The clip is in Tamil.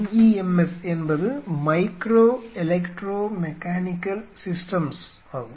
MEMS என்பது மைக்ரோ எலெக்ட்ரோ மெக்கானிக்கல் S என்பது சிஸ்டம்ஸ் ஆகும்